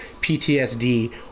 PTSD